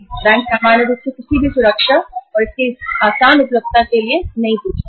bank सामान्यत कोई सुरक्षा नहीं मांगते है